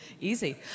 easy